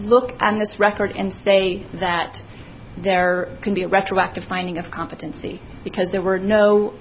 look on this record and they that there can be a retroactive finding of competency because there were no